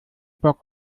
bock